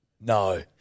no